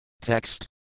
Text